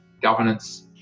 governance